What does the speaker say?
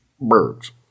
Birds